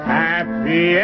happy